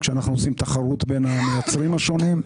כשאנחנו עושים תחרות בין המייצרים השונים,